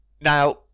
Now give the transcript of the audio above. now